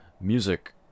Music